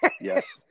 Yes